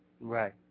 Right